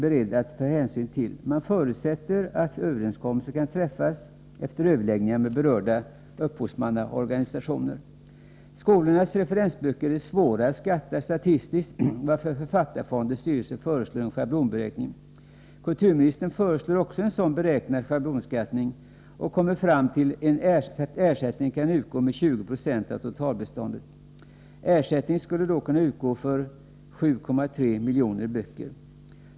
Man förutsätter att överenskommelse kan träffas efter överläggningar med berörda upphovsmannaorganisationer. Skolornas referensböcker är svåra att skatta statistiskt, varför författarfondens styrelse föreslår en schablonberäkning. Kulturministern föreslår också en sådan beräknad schablonskattning och kommer fram till att ersättning kan utgå med 20 96 av totalbeståndet. Ersättning skulle då kunna utgå för 7,3 miljoner böcker.